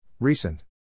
Recent